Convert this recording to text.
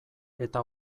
eta